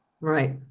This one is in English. right